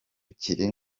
kiri